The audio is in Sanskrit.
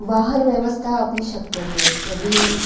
वाहनव्यवस्था अपि शक्यते यदि